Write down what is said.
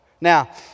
Now